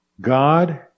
God